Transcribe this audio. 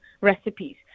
recipes